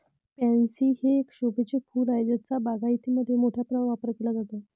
pansy हे एक शोभेचे फूल आहे ज्याचा बागायतीमध्ये मोठ्या प्रमाणावर वापर केला जातो